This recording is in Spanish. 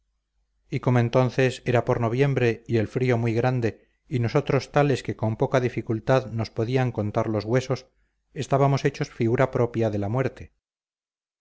y como entonces era por noviembre y el frío muy grande y nosotros tales que con poca dificultad nos podían contar los huesos estábamos hechos propia figura de la muerte